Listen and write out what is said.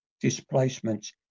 displacements